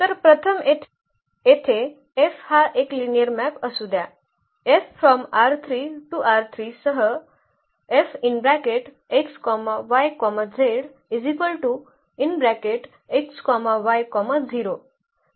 तर प्रथम येथे F हा एक लिनिअर मॅप असू द्या सह